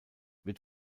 wird